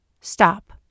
Stop